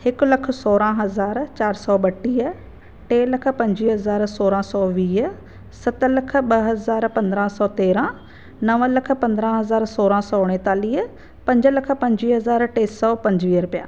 हिकु लखु सोरहं हज़ार चारि सौ ॿटीह टे लख पंजवीह हज़ार सोरहं सौ वीह सत लख ॿ हज़ार पंद्रहं सौ तेरहं नव लख पंद्रहं हज़ार सोरहं सौ उणितालीह पंज लख पंजवीह हज़ार टे सौ पंजवीह रूपिया